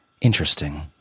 interesting